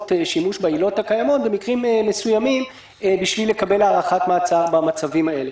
שימוש בעילות הקיימות במקרים מבוימים בשביל לקבל הארכת מעצר במצבים האלה.